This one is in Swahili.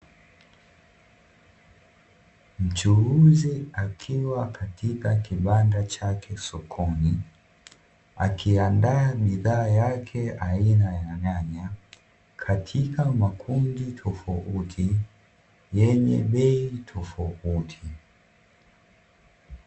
Mchuuzi akiwa katika kibanda chake sokoni ,akiandaa bidhaa yake aina ya nyanya katika makundi tofauti tofauti yenye bei tofauti.